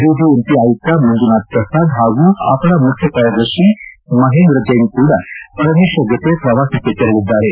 BBMP ಆಯುಕ್ತ ಮಂಜುನಾಥ್ ಪ್ರಸಾದ್ ಹಾಗೂ ಅಪರ ಮುಖ್ಯ ಕಾರ್ಯದರ್ಶಿ ಮಹೇಂದ್ರ ಜೈನ್ ಅವರು ಕೂಡಾ ಪರಮೇಶ್ವರ್ ಜೊತೆ ಪ್ರವಾಸಕ್ಕೆ ತೆರಳಿದ್ದಾರೆ